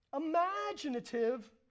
imaginative